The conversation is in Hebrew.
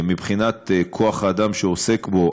מבחינת כוח-האדם שעוסק בו,